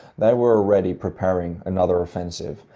they were already preparing another offensive.